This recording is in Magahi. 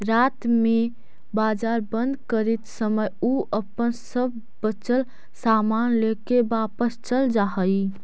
रात में बाजार बंद करित समय उ अपन सब बचल सामान लेके वापस चल जा हइ